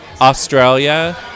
Australia